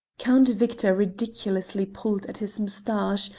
count victor ridiculously pulled at his moustache,